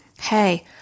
Hey